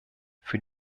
für